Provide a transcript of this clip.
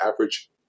average